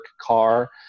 car